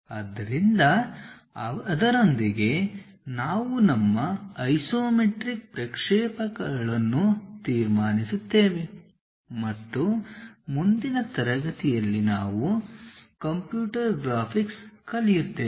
ಆದ್ದರಿಂದ ಅದರೊಂದಿಗೆ ನಾವು ನಮ್ಮ ಐಸೊಮೆಟ್ರಿಕ್ ಪ್ರಕ್ಷೇಪಗಳನ್ನು ತೀರ್ಮಾನಿಸುತ್ತೇವೆ ಮತ್ತು ಮುಂದಿನ ತರಗತಿಯಲ್ಲಿ ನಾವು ಕಂಪ್ಯೂಟರ್ ಗ್ರಾಫಿಕ್ಸ್ ಕಲಿಯುತ್ತೇವೆ